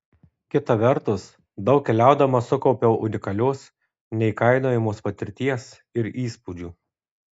kita vertus daug keliaudama sukaupiau unikalios neįkainojamos patirties ir įspūdžių